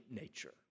nature